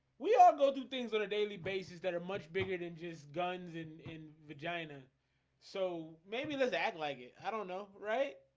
we all go through things on a daily basis that are much bigger than just guns in in vagina so maybe there's act like it. i don't know right